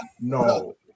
no